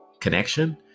connection